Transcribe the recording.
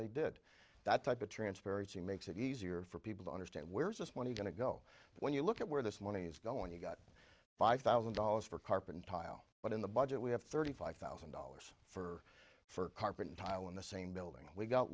they did that type of transparency makes it easier for people to understand where is this money going to go when you look at where this money is going you got five thousand dollars for carpet and tile but in the budget we have thirty five thousand dollars for for carpeting tile in the same building we've got